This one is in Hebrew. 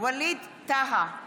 ווליד טאהא,